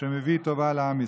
שמביא טובה לעם ישראל.